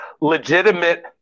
legitimate